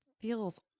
feels